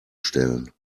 stellen